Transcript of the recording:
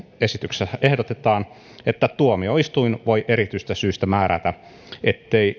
esityksessä ehdotetaan että tuomioistuin voi erityisestä syistä määrätä ettei